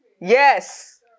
Yes